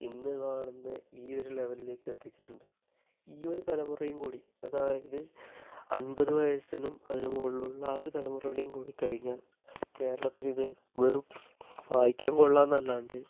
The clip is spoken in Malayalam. ഇന്ന് കാണുന്ന ഈ ഒരു ലെവലിലേക്ക് എത്തിച്ചിട്ടുണ്ട് ഈ ഒരു തലമുറയും കൂടി അതായത് അൻപത് വയസിനും അതിനു മുകളിലുള്ള ആ ഒരു തലമുറയുടെയും കൂടി കഴിഞ്ഞാല് കേരളത്തിൽ ഇത് വെറും വായിക്കാന് കൊള്ളാമെന്നല്ലാതെ